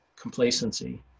complacency